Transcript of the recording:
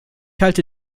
halte